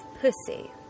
Pussy